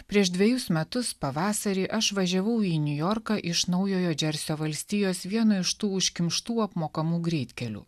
prieš dvejus metus pavasarį aš važiavau į niujorką iš naujojo džersio valstijos vienu iš tų užkimštų apmokamų greitkelių